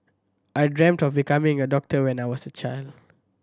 I dreamt of becoming a doctor when I was a child